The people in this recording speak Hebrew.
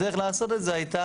הדרך לעשות את זה הייתה